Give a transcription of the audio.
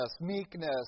meekness